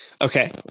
Okay